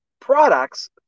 products